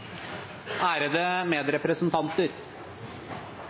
Ærede medrepresentanter!